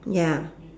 ya